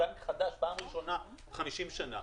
בנק חדש, פעם ראשונה מזה 50 שנים.